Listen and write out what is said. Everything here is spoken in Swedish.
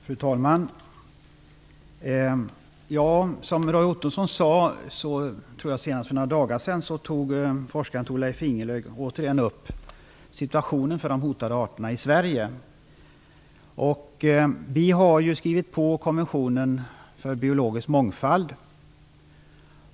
Fru talman! Som Roy Ottosson sade tog forskaren Thorleif Ingelöf för några dagar sedan återigen upp situationen för de hotade arterna i Sverige. Vi har ju skrivit under konventionen om biologisk mångfald.